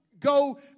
Go